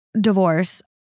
divorce